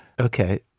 Okay